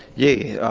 yeah,